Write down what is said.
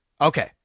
Okay